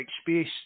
space